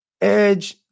edge